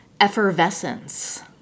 effervescence